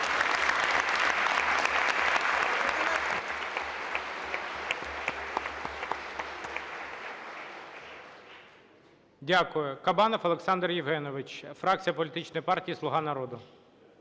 Дякую. Кабанов Олександр Євгенович, фракція політичної партії ""Слуга народу".